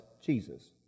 Jesus